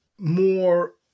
more